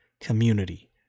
community